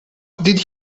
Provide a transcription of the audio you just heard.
did